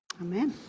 amen